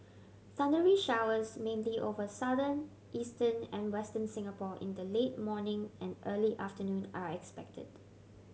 thundery showers mainly over Southern Eastern and Western Singapore in the late morning and early afternoon are expected